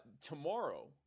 tomorrow